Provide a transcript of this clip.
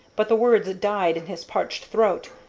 but the words died in his parched throat,